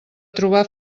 trobar